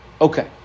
Okay